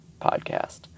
podcast